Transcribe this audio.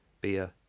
beer